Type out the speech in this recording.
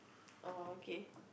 oh okay